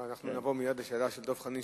אנחנו נעבור מייד לשאלה של דב חנין,